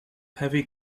heavy